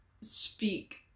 speak